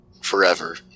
forever